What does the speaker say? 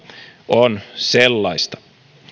on sellaista